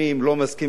לא מסכימים,